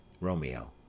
Romeo